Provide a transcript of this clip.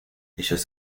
ellos